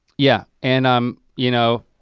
yeah. and, um you know,